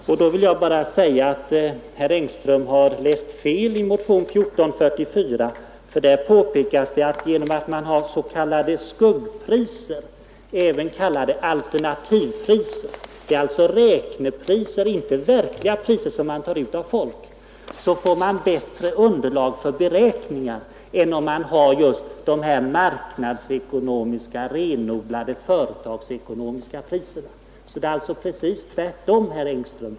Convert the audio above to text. Till det vill jag bara anföra att herr Engström till stor del har läst fel i motion 1444, för där påpekas det, att genom att använda s.k. skuggpriser — även kallade alternativpriser, dvs. räknepriser och alltså inte verkliga priser som säljarna tar ut av köparna — så får man bättre underlag för beräkningarna än om man använder just de marknadsekonomiska, renodlade företagsekonomiska priserna. Det är alltså till stor del tvärtom, herr Engström.